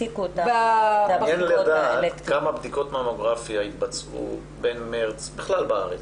מעניין לדעת כמה בדיקות ממוגרפיה התבצעו בכלל בארץ,